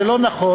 זה לא נכון,